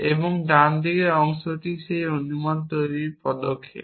এবং ডান দিকের অংশটি সেই অনুমান তৈরির পদক্ষেপ